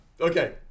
Okay